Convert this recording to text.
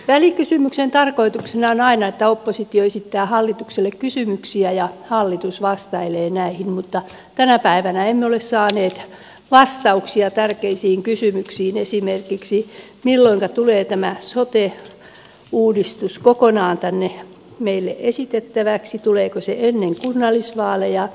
välikysymyksen tarkoituksena on aina että oppositio esittää hallitukselle kysymyksiä ja hallitus vastailee näihin mutta tänä päivänä emme ole saaneet vastauksia tärkeisiin kysymyksiin esimerkiksi siihen milloinka tulee tämä sote uudistus kokonaan tänne meille esitettäväksi tuleeko se ennen kunnallisvaaleja